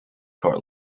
car